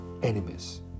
enemies